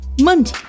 Monday